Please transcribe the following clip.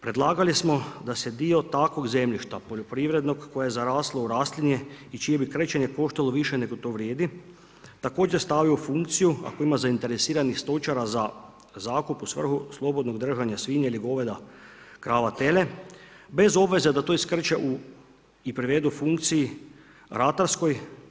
Predlagali smo da se dio takvog zemljišta poljoprivrednog koje je zaraslo u raslinje i čije bi krčenje koštalo više nego to vrijedi, također stavi u funkciju ako ima zainteresiranih stočara za zakup u svrhu slobodnog držanja svinja ili goveda, krava, tele bez obveze da to iskrče i privedu funkciji ratarskoj.